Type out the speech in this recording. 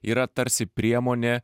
yra tarsi priemonė